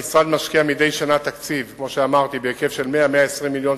המשרד משקיע מדי שנה תקציב בהיקף של 100 120 מיליון